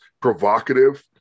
provocative